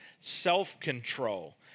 self-control